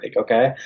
okay